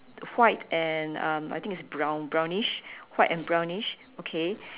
white and um I think it's brown brownish white and brownish okay